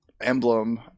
emblem